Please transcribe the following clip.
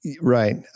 Right